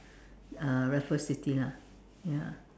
uh Raffles city lah ya